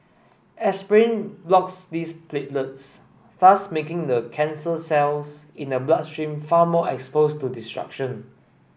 aspirin blocks these platelets thus making the cancer cells in the bloodstream far more expose to destruction